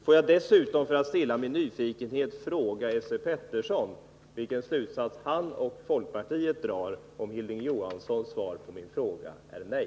För att stilla min nyfikenhet skulle jag dessutom vilja fråga Esse Petersson vilken slutsats han och folkpartiet drar om Hilding Johanssons svar på min fråga är nej.